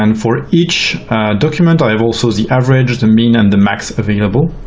and for each document, i have also the average, the min. and the max. available.